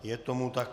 Je tomu tak.